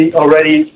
already